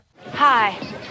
hi